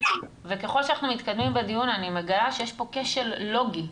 וככל שאנחנו מתקדמים בדיון אני מגלה שיש פה כשל לוגי.